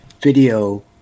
video